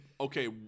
okay